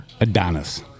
Adonis